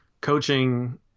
coaching